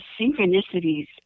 Synchronicities